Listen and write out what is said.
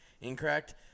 incorrect